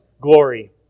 glory